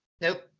Nope